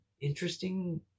interesting